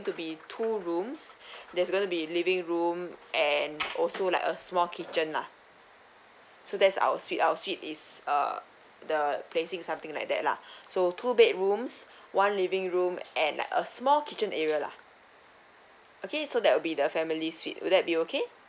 to be two rooms there's going to be living room and also like a small kitchen lah so there's our suite our suite is uh the placing something like that lah so two bedrooms one living room and a small kitchen area lah okay so that would be the family suite will that be okay